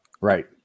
right